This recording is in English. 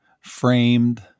framed